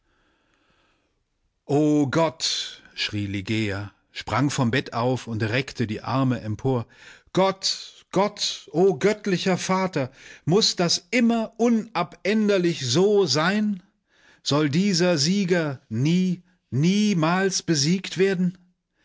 o gott schrie ligeia sprang vom bett auf und reckte die arme empor gott gott o göttlicher vater muß das immer unabänderlich so sein soll dieser sieger nie niemals besiegt werden